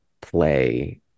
play